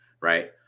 right